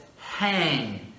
hang